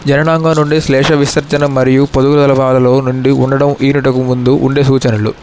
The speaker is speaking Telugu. జననాంగాల నుండి శ్లేషవిసర్జన మరియు పొదువుగల బాధలో నుండి ఉండడం ఈనుటకు ముందు ఉండే సూచనలు